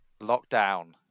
Lockdown